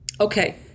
Okay